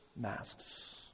masks